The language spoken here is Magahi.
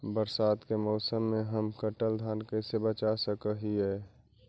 बरसात के मौसम में हम कटल धान कैसे बचा सक हिय?